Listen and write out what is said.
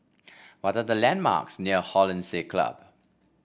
what are the landmarks near Hollandse Club